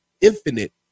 infinite